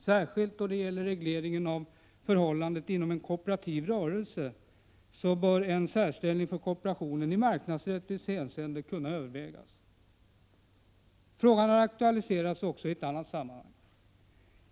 Särskilt då det gäller regleringen av förhållanden inom en kooperativ rörelse bör en särställning för kooperationen i marknadsrättsligt hänseende kunna övervägas. Frågan har aktualiserats också i ett annat sammanhang.